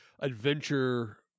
adventure